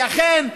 כי אכן,